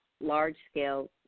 large-scale